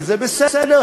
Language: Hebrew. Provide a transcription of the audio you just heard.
וזה בסדר,